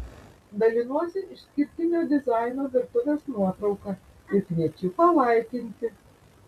dalinuosi išskirtinio dizaino virtuvės nuotrauka ir kviečiu palaikinti